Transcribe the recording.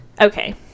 okay